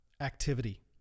activity